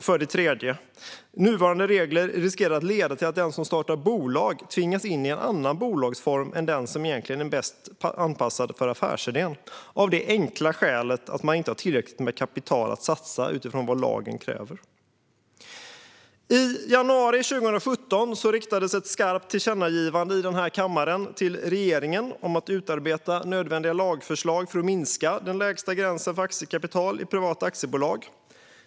För det tredje riskerar nuvarande regler att leda till att den som startar bolag tvingas in i en annan bolagsform än den som egentligen är bäst anpassad för affärsidén, av det enkla skälet att man inte har tillräckligt med kapital att satsa utifrån vad lagen kräver. I januari 2017 riktades ett skarpt tillkännagivande i den här kammaren till regeringen om att utarbeta nödvändiga lagförslag för att minska den lägsta gränsen för aktiekapital i privata aktiebolag.